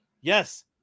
Yes